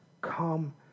Come